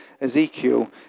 Ezekiel